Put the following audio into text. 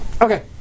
Okay